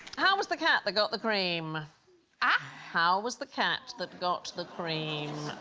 how was the cat that got the cream ah, how was the cat that got the cream?